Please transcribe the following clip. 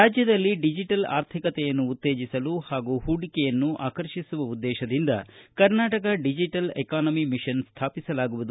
ರಾಜ್ಯದಲ್ಲಿ ಡಿಜೆಟಲ್ ಆರ್ಥಿಕತೆಯನ್ನು ಉತ್ತೇಜಿಸಲು ಹಾಗೂ ಹೂಡಿಕೆಯನ್ನು ಆಕರ್ಷಿಸುವ ಉದ್ದೇಶದಿಂದ ಕರ್ನಾಟಕ ಡಿಜೆಟಲ್ ಎಕಾನಮಿ ಮಿಷನ್ ಸ್ಥಾಪಿಸಲಾಗುವುದು